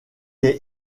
est